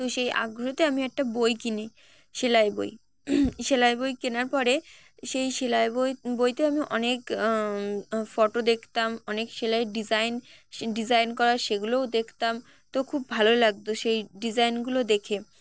তো সেই আগ্রহতে আমি একটা বই কিনি সেলাই বই সেলাই বই কেনার পরে সেই সেলাই বই বইতে আমি অনেক ফটো দেখতাম অনেক সেলাই ডিজাইন ডিজাইন করা সেগুলোও দেখতাম তো খুব ভালো লাগতো সেই ডিজাইনগুলো দেখে